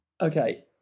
Okay